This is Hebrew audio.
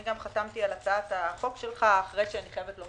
גם אני חתמתי על הצעת החוק שלך גם אחרי שנועצתי